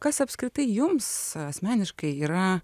kas apskritai jums asmeniškai yra